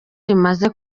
rimaze